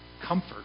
Comfort